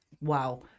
Wow